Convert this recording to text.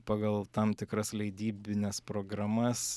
pagal tam tikras leidybines programas